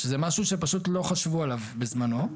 שזה משהו שפשוט לא חשבו עליו בזמנו,